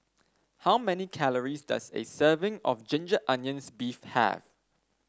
how many calories does a serving of Ginger Onions beef have